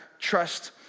trust